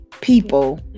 people